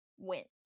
went